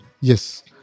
yes